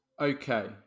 Okay